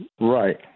Right